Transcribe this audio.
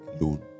alone